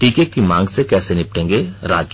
टीके की मांग से कैसे निपटेंगें राज्य